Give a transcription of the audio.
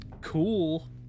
Cool